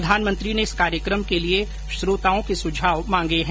प्रधानमंत्री ने इस कार्यक्रम के लिए श्रोताओं के सुझाव मांगे हैं